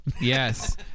Yes